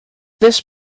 this